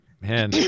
Man